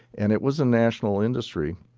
and it was a national industry,